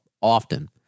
often